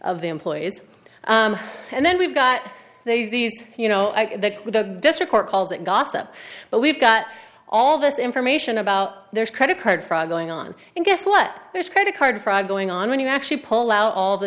of the employees and then we've got these you know that the district court called it gossip but we've got all this information about there's credit card fraud going on and guess what there's credit card fraud going on when you actually pull out all the